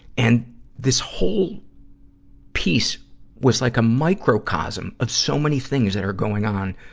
and this whole piece was like a microcosm of so many things that are going on,